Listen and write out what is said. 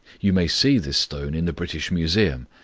you may see this stone in the british museum.